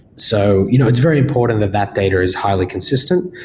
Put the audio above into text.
so, you know it's very important that that data is highly consistent,